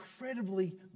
incredibly